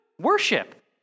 Worship